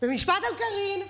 משפט על קארין,